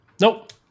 Nope